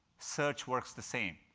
search works the same,